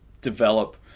develop